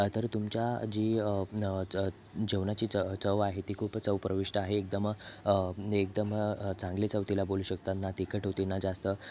तर तुमच्या जी मग चं जेवणाची चं चव आहे ती खूपच ऊप्रविष्ट आहे एकदम एकदम चांगली चव तिला बोलू शकता ना तिखट होती ना जास्त